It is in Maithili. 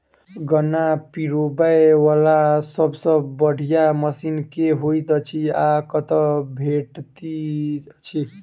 गन्ना पिरोबै वला सबसँ बढ़िया मशीन केँ होइत अछि आ कतह भेटति अछि?